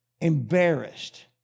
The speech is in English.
embarrassed